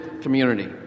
community